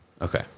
Okay